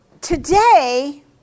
Today